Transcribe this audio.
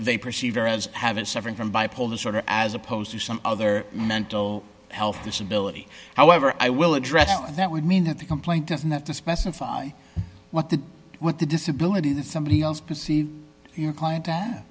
they perceive as habit suffering from bipolar disorder as opposed to some other mental health disability however i will address that would mean that the complaint doesn't have to specify what the what the disability that somebody else perceived your client